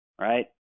Right